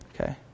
Okay